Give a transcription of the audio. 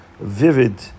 vivid